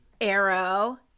Arrow